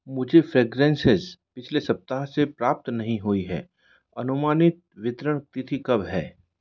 मुझे फ्रेग्रेंसेस पिछले सप्ताह से प्राप्त नहीं हुई हैं अनुमानित वितरण तिथि कब है